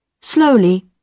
Slowly